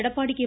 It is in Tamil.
எடப்பாடி கே